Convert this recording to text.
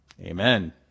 Amen